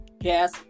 yes